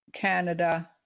Canada